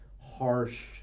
harsh